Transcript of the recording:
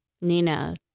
Nina